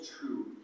True